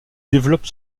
développe